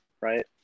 right